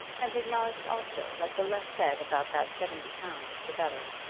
and acknowledged also that the less said about that seventy pounds the better.